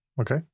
Okay